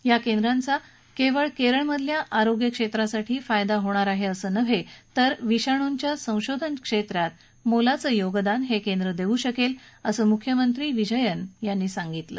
या केंद्राचा केवळ केरळमधल्या आरोग्यक्षेत्रासाठी फायदा होणार असं नव्हे तर विषाणूंच्या संशोधन क्षेत्रात मोलाचं योगदान हे केंद्र देऊ शकेल असं मुख्यमंत्री पिनराई विजयन यांनी सांगितलं